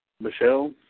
Michelle